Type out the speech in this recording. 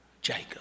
Jacob